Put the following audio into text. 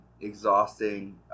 exhausting